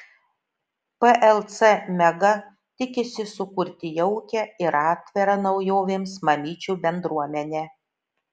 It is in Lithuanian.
plc mega tikisi sukurti jaukią ir atvirą naujovėms mamyčių bendruomenę